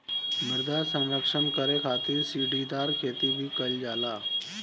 मृदा संरक्षण करे खातिर सीढ़ीदार खेती भी कईल जाला